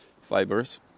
fibers